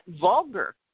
Vulgar